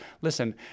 Listen